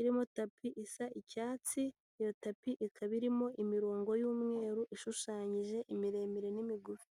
irimo tapi isa icyatsi iyo tapi ikaba irimo imirongo y'umweru ishushanyije, imiremire n'imigufi.